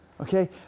Okay